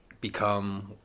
become